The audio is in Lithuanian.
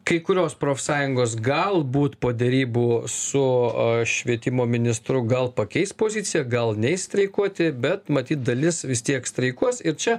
kai kurios profsąjungos galbūt po derybų su švietimo ministru gal pakeis poziciją gal neis streikuoti bet matyt dalis vis tiek streikuos ir čia